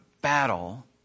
battle